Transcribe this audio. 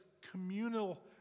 communal